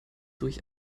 durch